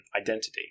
identity